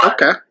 Okay